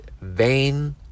vain